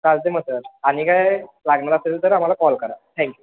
चालते मग सर आणि काय लागणार असेल तर आम्हाला कॉल करा थँक्यू